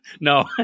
No